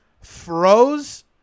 froze